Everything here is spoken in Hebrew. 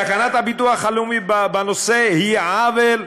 תקנת הביטוח הלאומי בנושא היא עוול,